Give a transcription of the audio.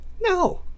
No